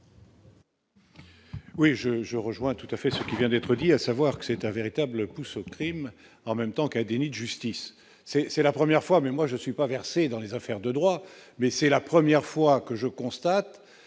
Oui je je rejoins tout à fait ce qui vient d'être dit, à savoir que c'est un véritable coup ce Crime en même temps qu'un déni de justice, c'est, c'est la première fois, mais moi je suis pas versé dans les affaires de droit mais c'est la première fois que je constate.